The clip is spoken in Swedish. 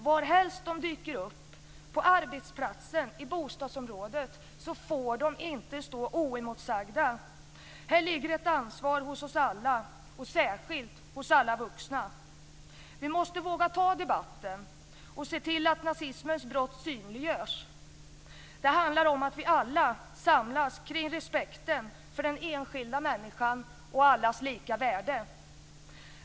Varhelst de dyker upp, på arbetsplatsen eller i bostadsområdet, får de inte stå oemotsagda. Här ligger ett ansvar hos oss alla och särskilt hos alla vuxna. Vi måste våga ta debatten och se till att nazismens brott synliggörs. Det handlar om att vi alla samlas kring respekten för den enskilda människan och allas lika värde.